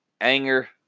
anger